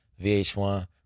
VH1